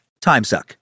timesuck